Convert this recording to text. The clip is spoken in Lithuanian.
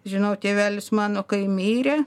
žinau tėvelis mano kai mirė